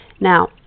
Now